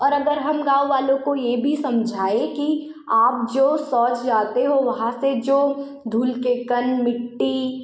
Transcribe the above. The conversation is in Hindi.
और अगर हम गाँव वालों को ये भी समझाएँ कि आप जो शौच जाते हो वहाँ से जो धूल के कण मिट्टी